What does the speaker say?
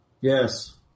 Yes